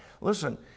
Listen